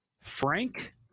Frank